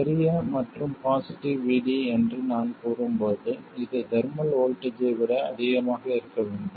பெரிய மற்றும் positive VD என்று நான் கூறும்போது இது தெர்மல் வோல்ட்டேஜ் ஐ விட அதிகமாக இருக்க வேண்டும்